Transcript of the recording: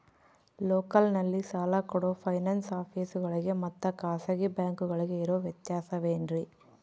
ಲೋಕಲ್ನಲ್ಲಿ ಸಾಲ ಕೊಡೋ ಫೈನಾನ್ಸ್ ಆಫೇಸುಗಳಿಗೆ ಮತ್ತಾ ಖಾಸಗಿ ಬ್ಯಾಂಕುಗಳಿಗೆ ಇರೋ ವ್ಯತ್ಯಾಸವೇನ್ರಿ?